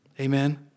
Amen